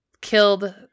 killed